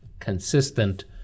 Consistent